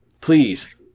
Please